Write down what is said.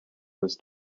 was